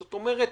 זאת אומרת,